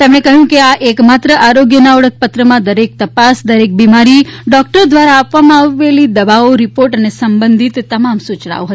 તેમણે કહ્યું કે આ એકમાત્ર આરોગ્યના ઓળખપત્રમાં દરેક તપાસ દરેક બિમારી ડોકટરો દ્વારા આપવામાં આવેલી દવાઓ રિપોર્ટ અને સંબંધિત તમામ સુચનાઓ રહેશે